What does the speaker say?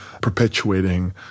perpetuating